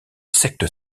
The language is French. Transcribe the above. secte